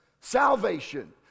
salvation